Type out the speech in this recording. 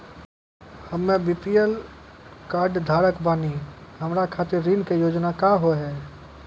हम्मे BPL card धारक बानि हमारा खातिर ऋण के योजना का होव हेय?